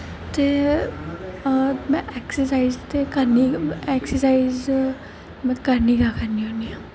ते में एक्सरसाइज ते करनी एक्सरसाइज में करनी गै करनी होनी आं